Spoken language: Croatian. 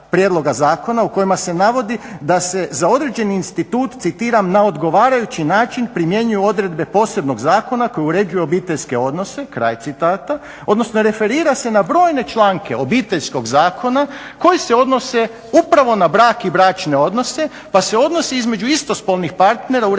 prijedloga zakona u kojima se navodi da se za određeni institut, citiram: "na odgovarajući način primjenjuju odredbe posebnog zakona koji uređuje obiteljske odnose", odnosno referira se na brojne članke Obiteljskog zakona koje se odnose upravo na brak i bračne odnose pa se odnosi između istospolnih partnera uređuju